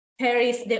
Paris